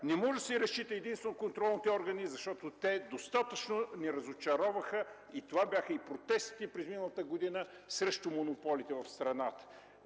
Не може да се разчита единствено на контролните органи, защото те достатъчно ни разочароваха и затова бяха протестите през изминалата година срещу монополите в страната.